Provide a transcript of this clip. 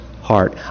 heart